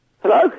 Hello